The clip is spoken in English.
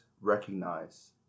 recognize